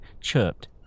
chirped